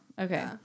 Okay